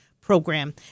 program